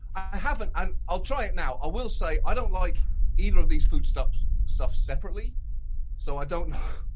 i haven't and i'll try it now. i will say, i don't like either of these food stuff stuff separately so i don't know,